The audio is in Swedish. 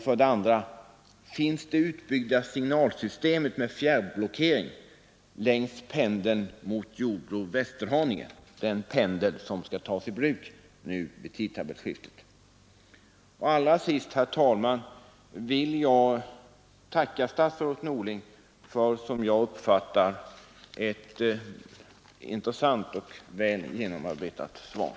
Finns det utbyggda signalsystemet med fjärrblockering längs pendeln mot Jordbro och Västerhaninge — den pendel som skall tas i bruk vid tidtabellsskiftet? Allra sist, herr talman, vill jag tacka statsrådet Norling för ett som jag uppfattar det intressant och väl genomarbetat svar.